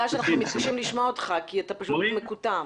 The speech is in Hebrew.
שאנחנו מתקשים לשמוע אותך כי אתה פשוט מקוטע.